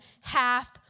half